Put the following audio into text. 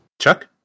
Chuck